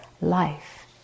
life